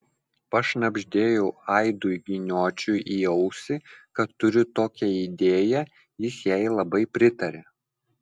pašnabždėjau aidui giniočiui į ausį kad turiu tokią idėją jis jai labai pritarė